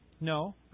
No